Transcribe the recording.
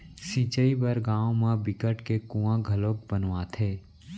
सिंचई बर गाँव म बिकट के कुँआ घलोक खनवाथे